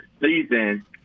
season